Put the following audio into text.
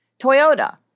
Toyota